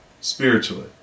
spiritually